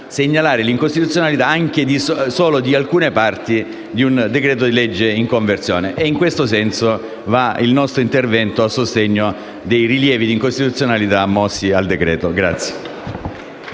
segnalare l'incostituzionalità anche solo di alcune parti di un decreto-legge in conversione. In questo senso va il nostro intervento a sostegno dei rilievi di incostituzionalità mossi al decreto.